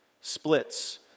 splits